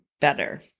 better